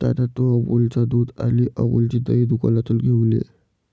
दादा, तू अमूलच्या दुध आणि अमूलचे दही दुकानातून घेऊन ये